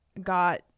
got